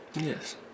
yes